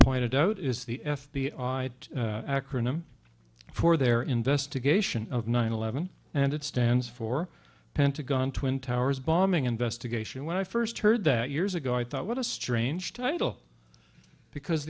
pointed out is the f b i acronym for their investigation of nine eleven and it stands for pentagon twin towers bombing investigation when i first heard that years ago i thought what a strange title because